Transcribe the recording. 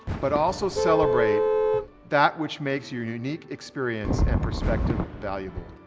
but also celebrate that which makes your unique experience and perspective valuable.